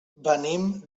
venim